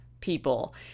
people